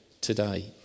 today